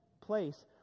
place